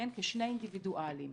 כשני אינדיבידואלים.